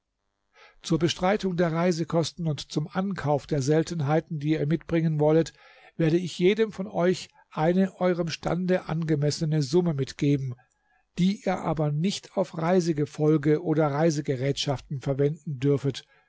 zur bestreitung der reisekosten und zum ankauf der seltenheiten die ihr mitbringen wollet werde ich jedem von euch eine eurem stande angemessene summe mitgeben die ihr aber nicht auf reisegefolge oder reisegerätschaften verwenden dürfet